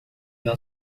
não